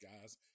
guys